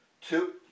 two